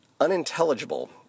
unintelligible